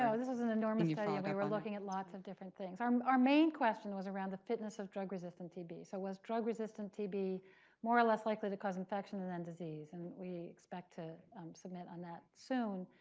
so this was an enormous studies and and we were looking at lots of different things. our um our main question was around the fitness of drug-resistant tb. so was drug-resistant tb more or less likely to cause infection and then disease? and we expect to submit on that soon.